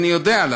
אני יודע,